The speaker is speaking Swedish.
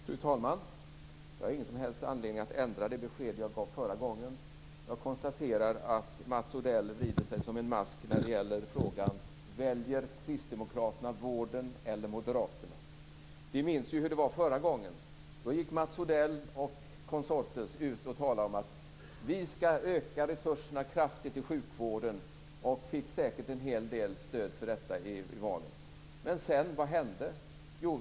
Fru talman! Jag har ingen som helst anledning att ändra det besked jag gav förra gången. Jag konstaterar att Mats Odell vrider sig som en mask när det gäller frågan: Väljer kristdemokraterna vården eller moderaterna? Vi minns ju hur det var förra gången. Då gick Mats Odell och hans konsorter ut och talade om: Vi skall öka resurserna kraftigt i sjukvården. De fick säkert en hel del stöd för detta i valet. Men vad hände sedan?